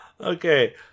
Okay